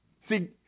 See